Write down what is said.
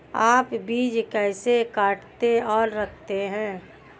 आप बीज कैसे काटते और रखते हैं?